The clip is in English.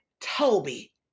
Toby